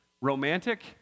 romantic